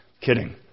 Kidding